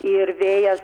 ir vėjas